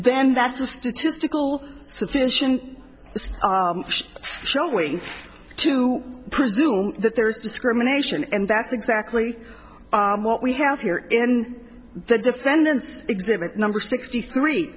a statistical sufficient showing to presume that there's discrimination and that's exactly what we have here in the defendant's exhibit number sixty three